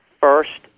first